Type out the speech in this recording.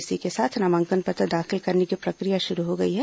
इसी के साथ नामांकन पत्र दाखिल करने की प्रक्रिया शुरू हो गई है